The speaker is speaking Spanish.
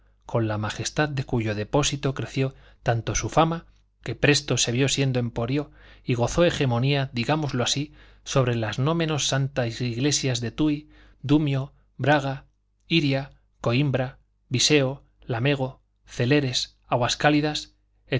con la majestad de cuyo depósito creció tanto su fama que presto se vio siendo emporio y gozó hegemonía digámoslo así sobre las no menos santas iglesias de tuy dumio braga iria coimbra viseo lamego celeres aguas cálidas